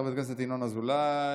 חבר הכנסת ינון אזולאי,